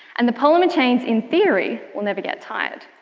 and the polymer chains, in theory, will never get tired.